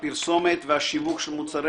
הפרסומת והשיווק של מוצרי